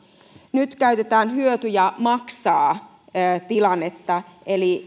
nyt käytetään hyötyjä maksaa tilannetta eli